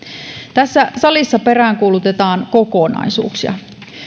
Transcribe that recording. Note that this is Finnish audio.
tässä salissa peräänkuulutetaan kokonaisuuksia